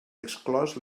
exclòs